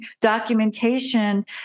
documentation